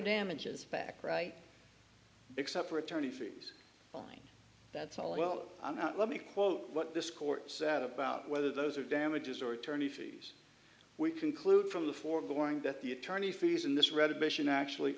damages back right except for attorney fees fine that's all well let me quote what this court said about whether those are damages or attorney fees we conclude from the foregoing that the attorney fees in this redivision actually